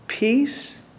Peace